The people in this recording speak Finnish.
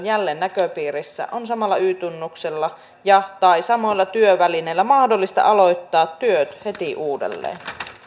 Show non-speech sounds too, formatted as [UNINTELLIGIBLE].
[UNINTELLIGIBLE] jälleen näköpiirissä on samalla y tunnuksella ja tai samoilla työvälineillä mahdollista aloittaa työt heti uudelleen